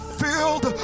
filled